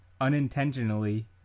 unintentionally